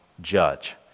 judge